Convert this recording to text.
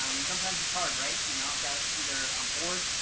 um and sometimes it's hard, right? you know, i've got either on board,